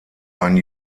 einen